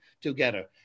together